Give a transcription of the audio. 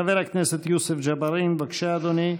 חבר הכנסת יוסף ג'בארין, בבקשה, אדוני,